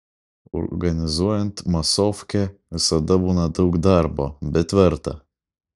organizuojant masofkę visada būna daug darbo bet verta